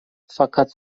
fakat